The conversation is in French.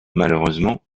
malheureusement